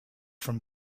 from